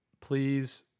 please